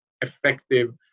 effective